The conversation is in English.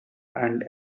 and